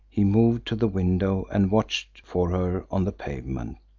he moved to the window and watched for her on the pavement.